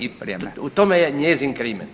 I u tome je njezin krimen.